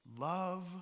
Love